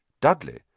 Dudley